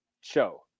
show